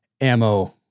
ammo